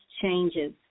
changes